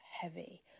heavy